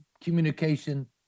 communication